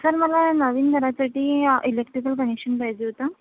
sir मला नवीन घरासाठी इलेक्ट्रिकल कनेक्शन पाहिजे होतं